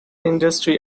industry